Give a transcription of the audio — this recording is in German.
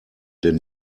denn